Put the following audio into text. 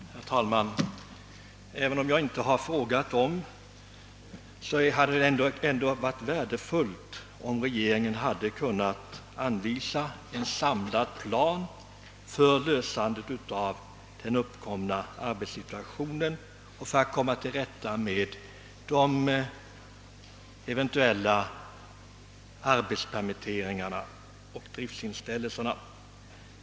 Herr talman! Även om jag inte har frågat därom, så hade det varit värdefullt om regeringen kunnat anvisa en samlad plan för lösande av den uppkomna arbetssituationen och för att komma till rätta med eventuella permitteringar och driftsnedläggelser.